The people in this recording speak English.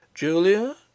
Julia